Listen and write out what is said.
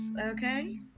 Okay